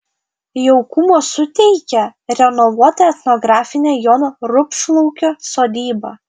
jaukumo suteikia renovuota etnografinė jono rupšlaukio sodyba